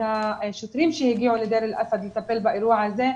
השוטרים שהגיעו לדיר אל אסאד לטפל באירוע הזה.